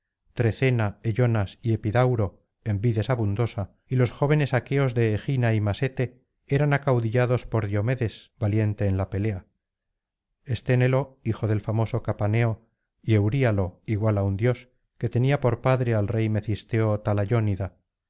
trecena eyonas y epidauro en vides abundosa y los jóvenes aqueos de egina y másete eran acaudillados por diomedes valiente en la pelea esténelo hijo del famoso capaneo y euríalo igual á un dios que tenía por padre al rey mecisteo talayónida